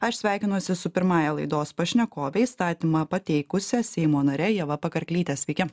aš sveikinuosi su pirmąja laidos pašnekove įstatymą pateikusia seimo nare ieva pakarklyte sveiki